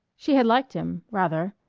she had liked him rather.